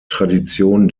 tradition